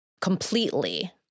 completely